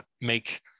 make